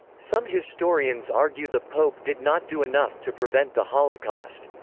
some historians argue the pope did not do enough to prevent the holocaust.